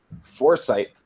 foresight